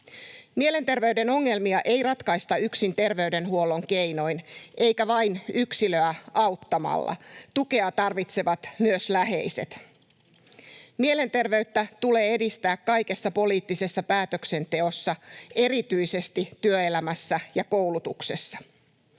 Mielenterveyden ongelmia ei ratkaista yksin terveydenhuollon keinoin eikä vain yksilöä auttamalla — tukea tarvitsevat myös läheiset. Mielenterveyttä tulee edistää kaikessa poliittisessa päätöksenteossa, erityisesti työelämässä ja koulutuksessa.